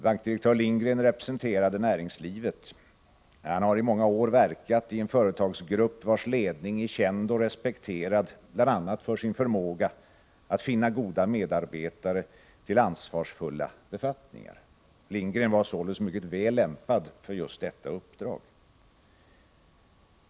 Bankdirektör Hugo Lindgren representerade näringslivet. Han har i många år verkat i en företagsgrupp, vars ledning är känd och respekterad för bl.a. sin förmåga att finna goda medarbetare till ansvarsfulla befattningar. Hugo Lindgren var således mycket väl lämpad för just detta uppdrag.